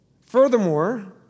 Furthermore